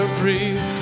breathe